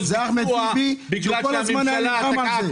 זה אחמד טיבי שכל הזמן היה נלחם על זה.